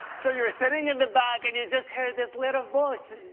so you are sitting in the back and you just here this little voice